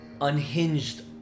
unhinged